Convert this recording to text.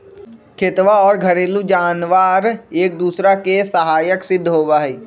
खेतवा और घरेलू जानवार एक दूसरा के सहायक सिद्ध होबा हई